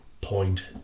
point